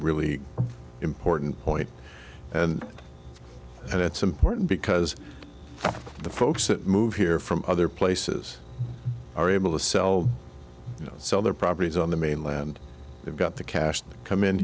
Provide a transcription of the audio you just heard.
really important point and that's important because the folks that move here from other places are able to sell sell their properties on the mainland they've got the cash to come in